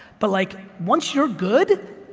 but like once you're good,